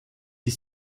die